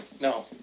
No